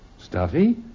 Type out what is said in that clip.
Stuffy